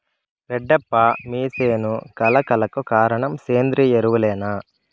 రెడ్డప్ప మీ సేను కళ కళకు కారణం సేంద్రీయ ఎరువులేనా